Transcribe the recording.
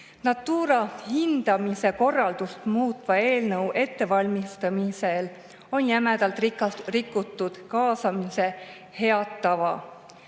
Natura hindamise korraldust muutva eelnõu ettevalmistamisel on jämedalt rikutud kaasamise head tava.